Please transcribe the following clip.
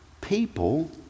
People